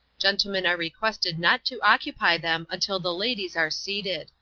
gentlemen are requested not to occupy them until the ladies are seated.